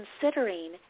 considering